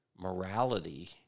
morality